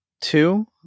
Two